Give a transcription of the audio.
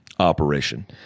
Operation